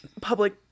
public